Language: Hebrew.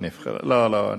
לא, לא.